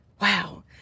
Wow